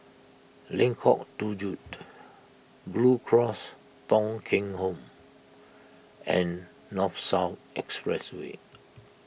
Lengkong Tujuh Blue Cross Thong Kheng Home and North South Expressway